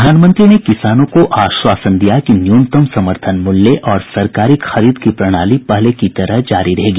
प्रधानमंत्री ने किसानों को आश्वासन दिया कि न्यूनतम समर्थन मूल्य और सरकारी खरीद की प्रणाली पहले की तरह जारी रहेगी